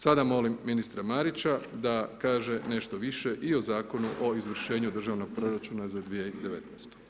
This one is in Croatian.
Sada molim ministra Marića da kaže nešto više i o Zakonu o izvršenju Državnog proračuna za 2019.